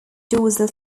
dorsal